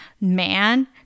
man